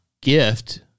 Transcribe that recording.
gift